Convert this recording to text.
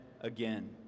again